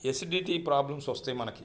acidity problems వస్తాయి మనకి